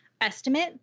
estimate